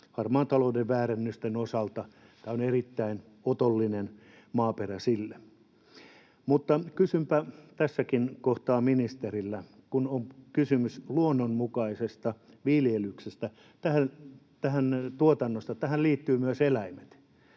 Harmaan talouden väärennysten osalta tämä on erittäin otollinen maaperä. Mutta kysynpä tässäkin kohtaa ministeriltä, kun on kysymys luonnonmukaisesta viljelyksestä, tuotannosta. Tähän liittyvät myös eläimet